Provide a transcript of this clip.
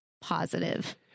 positive